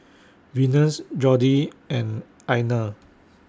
Venus Jordy and Einar